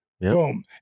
Boom